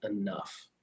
enough